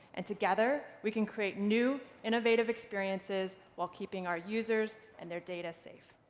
and together, we can create new, innovative experiences, while keeping our users and their data safe.